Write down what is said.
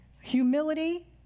humility